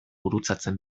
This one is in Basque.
gurutzatzen